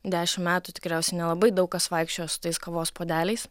dešim metų tikriausiai nelabai daug kas vaikščiojo su tais kavos puodeliais